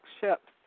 ships